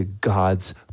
God's